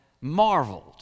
marveled